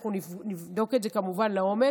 אנחנו נבדוק את זה כמובן לעומק.